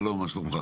שלום, מה שלומך?